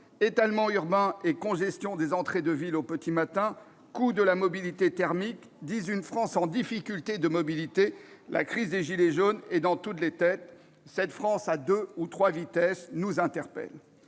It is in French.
étalement urbain et congestion des entrées de ville au petit matin, coût de la mobilité thermique disent une France en difficulté de mobilité, et la crise des « gilets jaunes » est dans toutes les têtes. Cette France à deux ou trois vitesses nous interpelle.